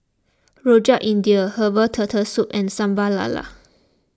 Rojak India Herbal Turtle Soup and Sambal Lala